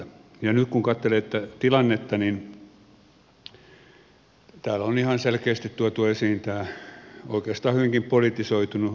ja nyt kun katselee tätä tilannetta niin täällä on ihan selkeästi tuotu esiin tämä oikeastaan hyvinkin politisoitunut tilanne